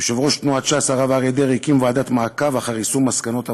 יושב-ראש ש"ס הרב אריה דרעי הקים ועדת למעקב אחר יישום מסקנות הוועדה,